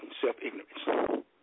self-ignorance